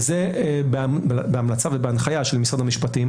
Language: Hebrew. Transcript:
וזה בהמלצה ובהנחיה של משרד המשפטים.